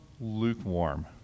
lukewarm